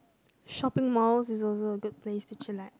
shopping mall is also a good place to chillax